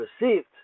received